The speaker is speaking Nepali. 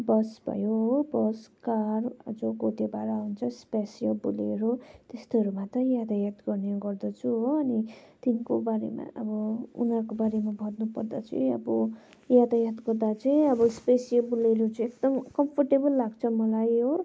बस भयो हो बस कार जो को त्यो भाडा हुन्छ स्पेसियो बुलेरो त्यस्तोहरूमा त यातायात गर्ने गर्दछु हो अनि तिनको बारेमा अब उनीहरूको बारेमा भन्नु पर्दा चाहिँ अब यातायात गर्दा चाहिँ अब स्पेसियो बुलेरो चाहिँ एकदम कम्फर्टेबल लाग्छ मलाई हो